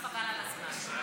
וחבל על הזמן.